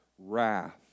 wrath